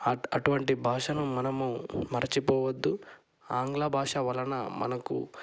అటు అటువంటి భాషను మనము మరచిపోవద్దు ఆంగ్ల భాష వలన మనకు